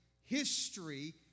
history